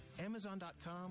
amazon.com